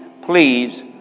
please